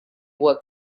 would